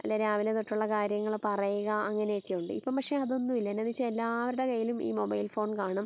അല്ലേ രാവിലെ തൊട്ടുള്ള കാര്യങ്ങൾ പറയുക അങ്ങനെയൊക്കെ ഉണ്ട് ഇപ്പം പക്ഷേ അതൊന്നും ഇല്ല എന്നാന്ന് വെച്ചാൽ എല്ലാവരുടെ കയ്യിലും ഈ മൊബൈൽ ഫോൺ കാണും